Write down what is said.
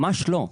ממש לא.